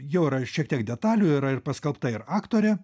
jau yra šiek tiek detalių yra ir paskelbta ir aktorė